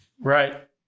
Right